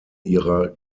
ihrer